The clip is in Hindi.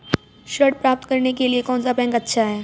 ऋण प्राप्त करने के लिए कौन सा बैंक अच्छा है?